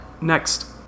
Next